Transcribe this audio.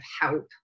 help